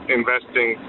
investing